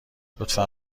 لطفا